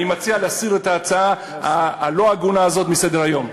אני מציע להסיר את ההצעה הלא-הגונה הזאת מסדר-היום.